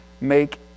Make